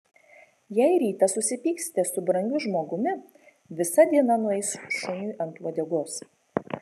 jei rytą susipyksite su brangiu žmogumi visa diena nueis šuniui ant uodegos